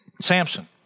Samson